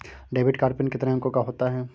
Debit card PIN कितने अंकों का होता है?